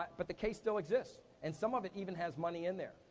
but but the case still exists. and some of it even has money in there.